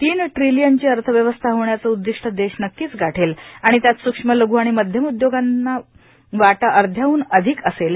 तीन ट्रीलियनची अर्थव्यवस्था होण्याचे उददीष्ट देश नक्कीच गाठेल आणि त्यात स्क्ष्म लघ् आणि मध्यम उदयोगांचा वाटा अध्याहन अधिक असेल